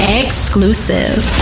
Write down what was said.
exclusive